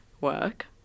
work